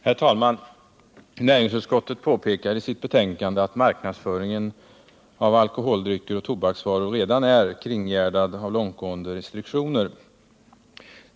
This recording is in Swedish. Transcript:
Herr talman! Näringsutskottet påpekar i sitt betänkande att marknadsföringen av alkoholdrycker och tobaksvaror redan är kringgärdad av långtgående restriktioner.